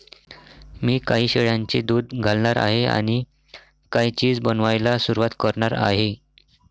मी काही शेळ्यांचे दूध घालणार आहे आणि काही चीज बनवायला सुरुवात करणार आहे